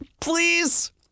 please